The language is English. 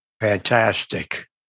Fantastic